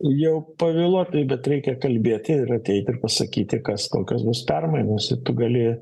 jau pavėluotai bet reikia kalbėti ir ateit ir pasakyti kas kokios bus permainos esi tu gali